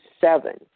seven